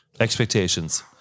Expectations